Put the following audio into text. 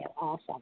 Awesome